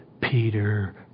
Peter